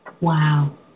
Wow